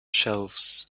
shelves